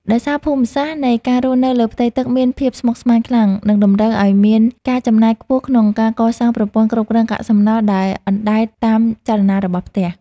ដោយសារភូមិសាស្ត្រនៃការរស់នៅលើផ្ទៃទឹកមានភាពស្មុគស្មាញខ្លាំង និងតម្រូវឱ្យមានការចំណាយខ្ពស់ក្នុងការសាងសង់ប្រព័ន្ធគ្រប់គ្រងកាកសំណល់ដែលអណ្តែតតាមចលនារបស់ផ្ទះ។